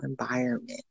environment